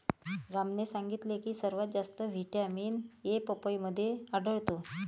रामने सांगितले की सर्वात जास्त व्हिटॅमिन ए पपईमध्ये आढळतो